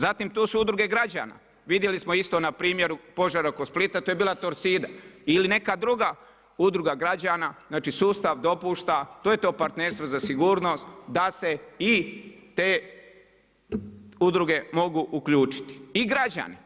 Zatim tu su udruge građana, vidjeli smo isto na primjeru požara oko Splita, to je bila Torcida ili neka druga udruga građana znači, sustav dopušta, to je to partnerstvo za sigurnost da se i te udruge mogu uključiti i građani.